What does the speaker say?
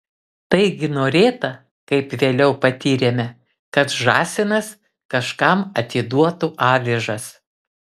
taigi norėta kaip vėliau patyrėme kad žąsinas kažkam atiduotų avižas